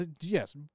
Yes